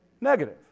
negative